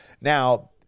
Now